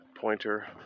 pointer